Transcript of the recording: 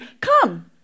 come